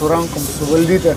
su rankom suvaldyti